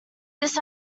this